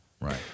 Right